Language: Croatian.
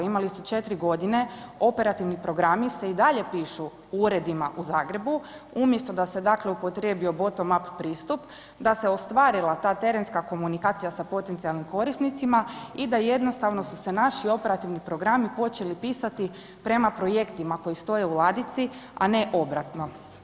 Imali su 4 godine, operativni programi se i dalje pišu u uredima u Zagrebu umjesto da se dakle upotrijebio bottom up pristup da se ostvarila ta terenska komunikacija sa potencijalnim korisnicima i da jednostavno su se naši operativni programi počeli pisati prema projektima koji stoje u ladici, a ne obratno.